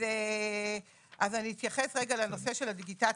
אז אני אתייחס רגע לנושא של הדיגיטציה.